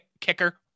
kicker